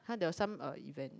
!huh! there was some um event